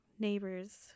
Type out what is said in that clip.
Neighbors